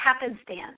happenstance